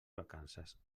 vacances